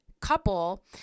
couple